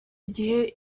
gihe